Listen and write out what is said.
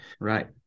right